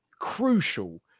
crucial